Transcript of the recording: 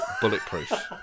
bulletproof